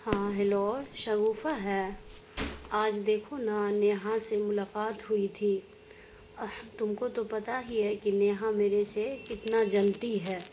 ہاں ہیلو شگوفہ ہے آج دیکھو نا نیہا سے ملاقات ہوئی تھی تم کو تو پتا ہی ہے کہ نیہا میرے سے کتنا جلتی ہے